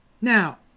Now